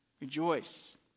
Rejoice